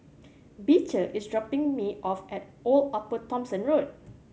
Beecher is dropping me off at Old Upper Thomson Road